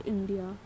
India